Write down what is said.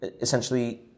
essentially